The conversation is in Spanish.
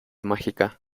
mágica